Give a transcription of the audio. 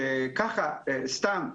שככה סתם,